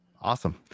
awesome